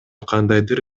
кандайдыр